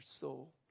soul